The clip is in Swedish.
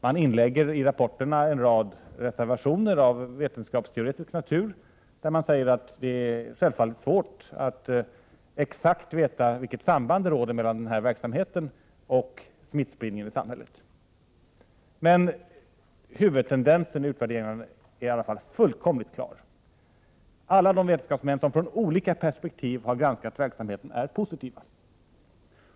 Det anläggs i rapporterna en rad reservationer av vetenskapsteoretisk natur där det sägs att det självfallet är svårt att veta exakt vilket samband som råder mellan denna verksamhet och smittspridningen i samhället. Men huvudtendensen i utvärderingarna är fullkomligt klar. Alla de vetenskapsmän som från olika perspektiv har granskat verksamheten är positiva.